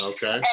Okay